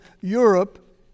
Europe